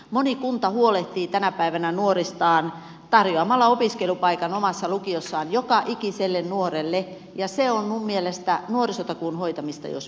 moni kunta huolehtii tänä päivänä nuoristaan tarjoamalla opiskelupaikan omassa lukiossaan joka ikiselle nuorelle ja se on minun mielestäni nuorisotakuun hoitamista jos mikä